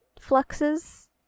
fluxes